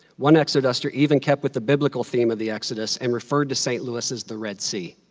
one exoduster even kept with the biblical theme of the exodus and referred to st. louis as the red sea.